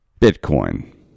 Bitcoin